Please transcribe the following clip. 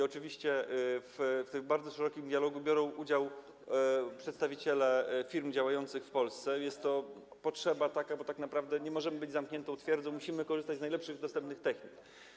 Oczywiście w tym bardzo szerokim dialogu biorą udział przedstawiciele firm działających w Polsce, i jest taka potrzeba, bo tak naprawdę nie możemy być zamkniętą twierdzą, musimy korzystać z najlepszych dostępnych technik.